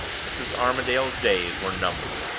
mrs. armadale's days were numbered.